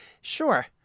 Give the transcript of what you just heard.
sure